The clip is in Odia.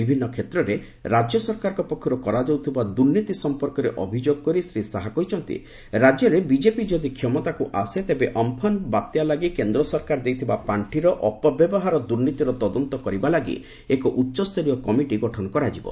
ବିଭିନ୍ନ କ୍ଷେତ୍ରରେ ରାଜ୍ୟ ସରକାରଙ୍କ ପକ୍ଷରୁ କରାଯାଉଥିବା ଦୁର୍ନୀତି ସମ୍ପର୍କରେ ଅଭିଯୋଗ କରି ଶ୍ରୀ ଶାହା କହିଛନ୍ତି ରାଜ୍ୟରେ ବିଜେପି ଯଦି କ୍ଷମତାକୁ ଆସେ ତେବେ ଅଫ୍ଫାନ୍ ବାତ୍ୟା ଲାଗି କେନ୍ଦ୍ର ସରକାର ଦେଇଥିବା ପାଣ୍ଟିର ଅପବ୍ୟବହାର ଦୁର୍ନୀତିର ତଦନ୍ତ କରିବା ଲାଗି ଏକ ଉଚ୍ଚସ୍ତରୀୟ କମିଟି ଗଠନ କରାଯିବ